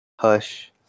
Hush